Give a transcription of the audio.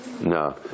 No